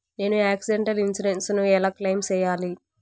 నేను accidental insurance ను ఎలా క్లెయిమ్ సేయాలి?